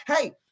hey